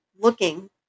looking